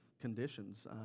conditions